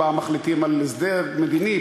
פעם מחליטים על הסדר מדיני,